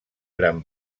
gran